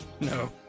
No